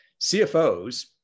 CFOs